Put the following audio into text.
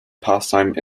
pastime